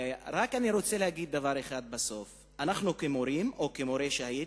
אנחנו כמורים, או כמורה שהייתי,